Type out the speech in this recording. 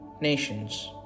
nations